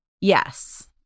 yes